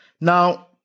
Now